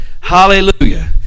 Hallelujah